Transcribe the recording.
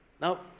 Now